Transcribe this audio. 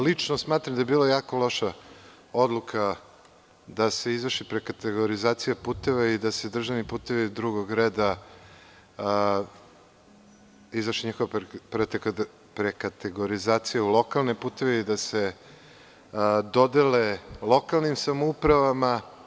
Lično smatram da je bila jako loša odluka da se izvrši prekategorizacija puteva i da se sa državni putevima drugog reda izvrši prekategorizacija u lokalne puteve i da se dodele lokalnim samoupravama.